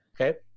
Okay